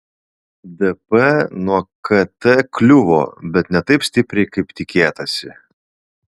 dp nuo kt kliuvo bet ne taip stipriai kaip tikėtasi